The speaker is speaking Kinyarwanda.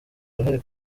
arahari